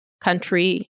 country